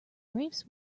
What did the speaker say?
grapes